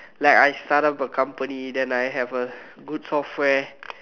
like I've started off a company and then I have a good software